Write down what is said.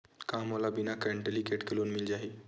का मोला बिना कौंटलीकेट के लोन मिल जाही?